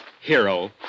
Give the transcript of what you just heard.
hero